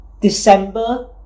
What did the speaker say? December